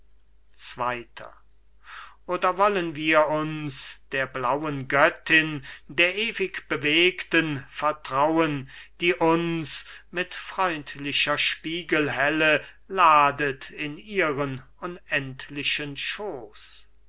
zweiter berengar oder wollen wir uns der blauen göttin der ewig bewegten vertrauen die uns mit freundlicher spiegelhelle ladet in ihren unendlichen schooß